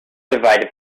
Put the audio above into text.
divided